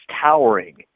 towering